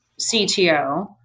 CTO